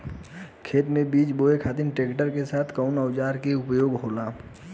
खेत में बीज बोए खातिर ट्रैक्टर के साथ कउना औजार क उपयोग होला?